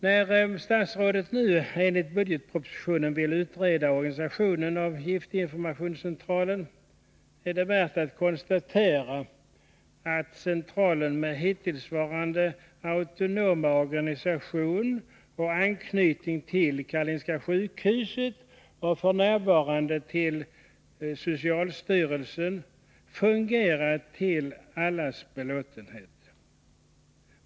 När statsrådet nu enligt budgetpropositionen vill utreda organisationen av giftinformationscentralen, är det värt att konstatera att centralen med hittillsvarande autonoma organisation och anknytning till Karolinska sjukhuset, och f.n. till socialstyrelsen, fungerat till allas belåtenhet.